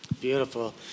Beautiful